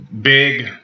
Big